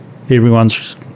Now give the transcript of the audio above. everyone's